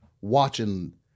watching